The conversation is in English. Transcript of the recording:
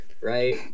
right